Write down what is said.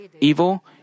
evil